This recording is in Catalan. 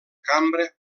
cambra